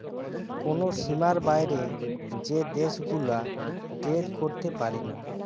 কোন সীমার বাইরে যে দেশ গুলা ট্রেড করতে পারিনা